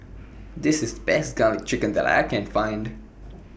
This IS Best Garlic Chicken that I Can Find